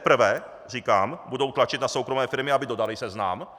Teprve , říkám, budou tlačit na soukromé firmy, aby dodaly seznam.